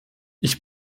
ich